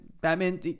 Batman